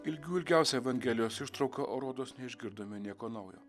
ilgių ilgiausia evangelijos ištrauka rodos neišgirdome nieko naujo